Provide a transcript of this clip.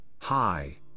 hi